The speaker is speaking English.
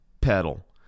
pedal